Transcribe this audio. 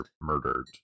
murdered